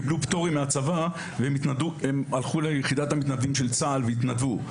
שקיבלו פטורים מהצבא והלכו ליחידת המתנדבים של צה"ל והתנדבו.